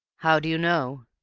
how do you know?